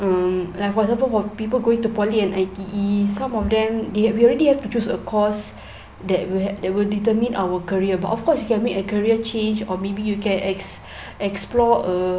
um like for example for people going to poly and I_T_E some of them they we already have to choose a course that will that will determine our career but of course you can make a career change or maybe you can ex~ explore err